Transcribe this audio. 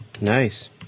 Nice